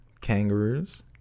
kangaroos